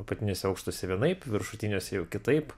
apatiniuose aukštuose vienaip viršutiniuose jau kitaip